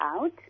out